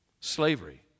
Slavery